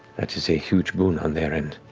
that is a huge boon on their end.